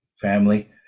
family